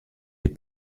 les